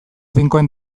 finkoen